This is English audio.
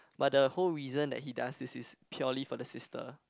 but the whole reason that he does this is purely for the sister